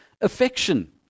affection